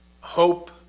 hope